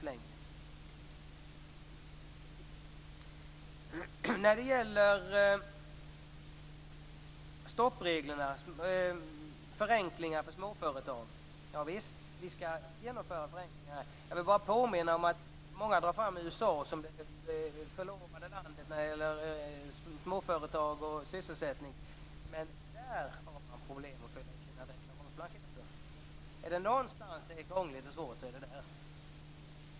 Sedan gäller det stoppreglerna och det här med förenklingar för småföretag. Javisst, vi skall genomföra förenklingar. Jag vill bara påminna om något. Många drar fram USA som det förlovade landet när det gäller småföretag och sysselsättning. Men där har man problem att fylla i sina deklarationsblanketter! Är det någonstans där det är krångligt och svårt så är det där.